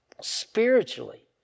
spiritually